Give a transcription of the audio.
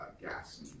gas